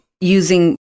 using